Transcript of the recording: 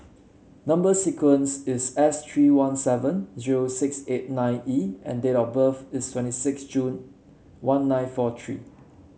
number sequence is S three one seven zero six eight nine E and date of birth is twenty six June one nine four three